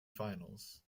finals